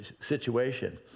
situation